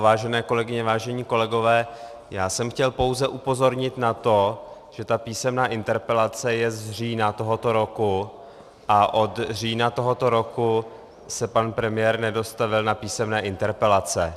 Vážené kolegyně, vážení kolegové, chtěl jsem pouze upozornit na to, že ta písemná interpelace je z října tohoto roku, a od října tohoto roku se pan premiér nedostavil na písemné interpelace.